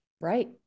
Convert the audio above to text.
right